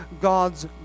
God's